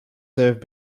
served